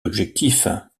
objectifs